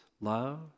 love